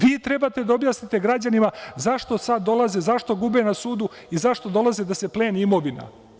Vi trebate da objasnite građanima zašto sad dolaze, zašto gube na sudu i zašto dolaze da se pleni imovina.